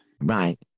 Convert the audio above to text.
Right